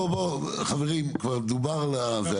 בואו, חברים, כבר דובר על זה.